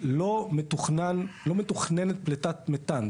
לא מתוכננת פליטת מתאן.